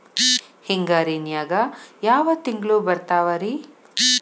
ಹಿಂಗಾರಿನ್ಯಾಗ ಯಾವ ತಿಂಗ್ಳು ಬರ್ತಾವ ರಿ?